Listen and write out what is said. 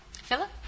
Philip